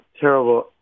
terrible